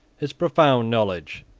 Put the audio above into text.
his profound knowledge,